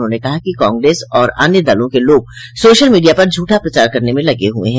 उन्होंने कहा कि कांग्रेस और अन्य दलों के लोग सोशल मीडिया पर झूठा प्रचार करने में लगे हुए हैं